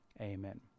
amen